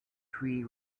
tree